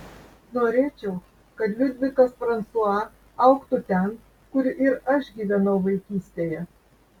norėčiau kad liudvikas fransua augtų ten kur ir aš gyvenau vaikystėje